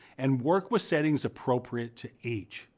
and work with settings appropriate to each.